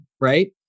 right